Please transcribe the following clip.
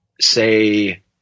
say